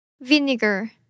vinegar